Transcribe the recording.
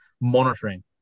monitoring